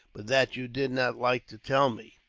but that you did not like to tell me.